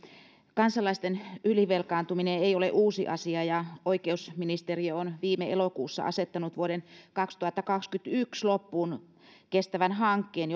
kansalaisten ylivelkaantuminen ei ole uusi asia ja oikeusministeriö on viime elokuussa asettanut vuoden kaksituhattakaksikymmentäyksi loppuun kestävän hankkeen